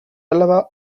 alaba